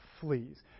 fleas